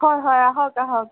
হয় হয় আহক আহক